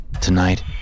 Tonight